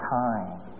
time